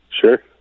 sure